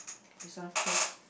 this one close